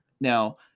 Now